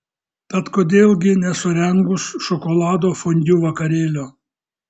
tad kodėl gi nesurengus šokolado fondiu vakarėlio